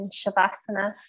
Shavasana